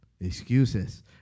Excuses